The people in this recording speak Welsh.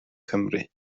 cymru